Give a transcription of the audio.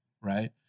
right